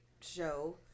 show